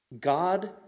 God